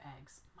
eggs